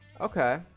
Okay